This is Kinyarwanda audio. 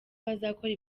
bazakora